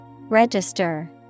Register